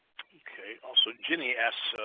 ok also ginny asks